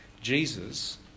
Jesus